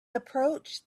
approached